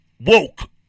woke